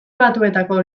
batuetako